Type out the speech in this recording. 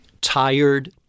tired